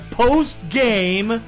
post-game